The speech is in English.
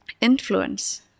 influence